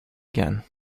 again